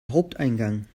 haupteingang